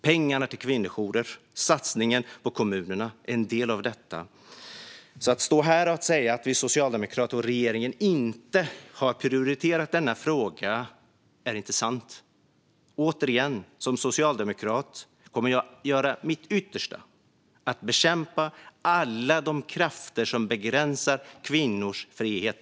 Pengarna till kvinnojourer och satsningen på kommunerna är en del av detta. Att vi socialdemokrater och regeringen inte har prioriterat denna fråga är alltså inte sant. Återigen: Som socialdemokrat kommer jag att göra mitt yttersta för att bekämpa alla de krafter som begränsar kvinnors frihet.